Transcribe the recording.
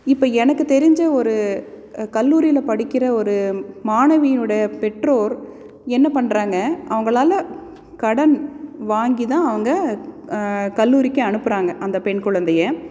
இப்போ எனக்கு தெரிஞ்ச ஒரு கல்லூரியில் படிக்கிற ஒரு மாணவியினுடைய பெற்றோர் என்ன பண்ணுறாங்க அவங்களால கடன் வாங்கி தான் அவங்க கல்லூரிக்கு அனுப்புகிறாங்க அந்த பெண் குழந்தையை